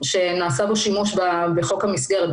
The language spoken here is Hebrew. שנעשה בו שימוש בחוק המסגרת,